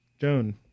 Joan